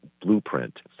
Blueprint